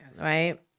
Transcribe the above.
Right